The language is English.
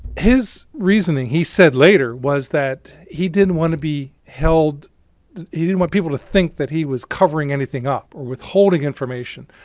his reasoning he said later was that he didn't want to be held he didn't want people to think that he was covering anything up or withholding information.